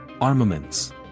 Armaments